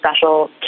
special